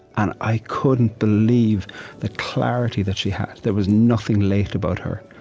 and i couldn't believe the clarity that she had. there was nothing late about her.